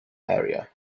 area